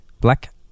Black